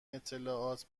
اطلاعات